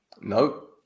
No